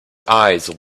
eyes